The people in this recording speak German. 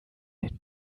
den